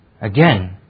Again